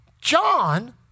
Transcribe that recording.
John